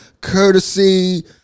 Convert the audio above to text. courtesy